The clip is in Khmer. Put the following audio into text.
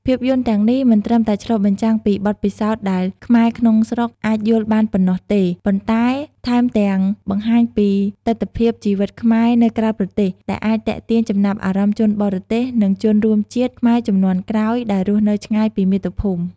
ភាពយន្តទាំងនេះមិនត្រឹមតែឆ្លុះបញ្ចាំងពីបទពិសោធន៍ដែលខ្មែរក្នុងស្រុកអាចយល់បានប៉ុណ្ណោះទេ ប៉ុន្តែថែមទាំងបង្ហាញពីទិដ្ឋភាពជីវិតខ្មែរនៅក្រៅប្រទេស ដែលអាចទាក់ទាញចំណាប់អារម្មណ៍ ជនបរទេស និងជនរួមជាតិខ្មែរជំនាន់ក្រោយ ដែលរស់នៅឆ្ងាយពីមាតុភូមិ។